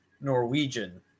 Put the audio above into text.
Norwegian